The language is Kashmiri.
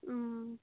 اۭں